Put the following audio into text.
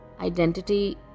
Identity